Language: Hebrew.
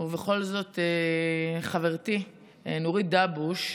ובכל זאת חברתי נורית דאבוש,